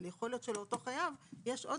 אבל יכול להיות שלאותו חייב יש עוד